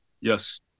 Yes